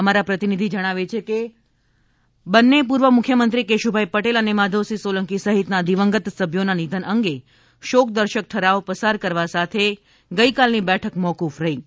અમારા પ્રતિનિધી જણાવે છે કે બંને પૂર્વ મુખ્યમંત્રી કેશુભાઈ પટેલ અને માધવસિંહ સોલંકી સહિતના દિવંગત સભ્યોના નિધન અંગે શોકદર્શક ઠરાવ પસાર કરવા સાથે ગઈકાલની બેઠક મોકુફ રહી હતી